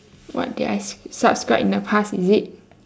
what did I subscribe in the past is it